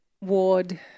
Ward